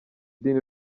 dini